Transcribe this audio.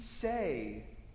say